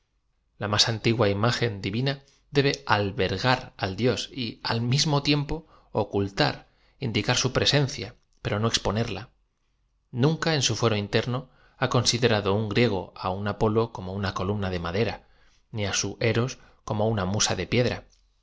a más antigua imagen di vina debe albergar al dios y a l m im o tiempo octuia r indicar au presencia pero no exponerla nunca en su fuero interno ha considerado un i e g o á su a polo como una columna de madera ni á su eros como una masa de piedra